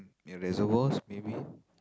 the reservoirs maybe